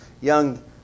young